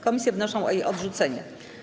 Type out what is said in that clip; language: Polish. Komisje wnoszą o jej odrzucenie.